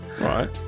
Right